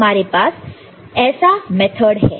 हमारे पास ऐसा मेथड है